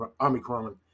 Omicron